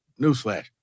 newsflash